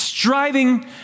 Striving